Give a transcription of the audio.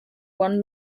won